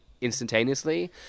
instantaneously